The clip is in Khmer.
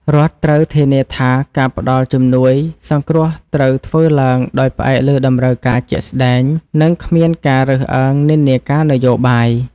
រដ្ឋត្រូវធានាថាការផ្តល់ជំនួយសង្គ្រោះត្រូវធ្វើឡើងដោយផ្អែកលើតម្រូវការជាក់ស្តែង និងគ្មានការរើសអើងនិន្នាការនយោបាយ។